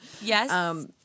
Yes